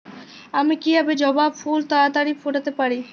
আমি কিভাবে জবা ফুল তাড়াতাড়ি ফোটাতে পারি?